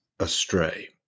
astray